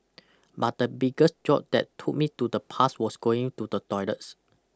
but the biggest jolt that took me to the past was going to the toilets